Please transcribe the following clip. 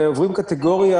ועוברים קטגוריה,